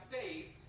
faith